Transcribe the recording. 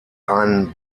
einen